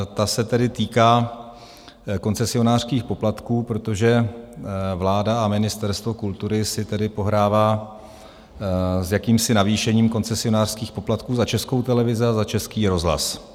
Ta se týká koncesionářských poplatků, protože vláda a Ministerstvo kultury si pohrává s jakýmsi navýšením koncesionářských poplatků za Českou televizi a za Český rozhlas.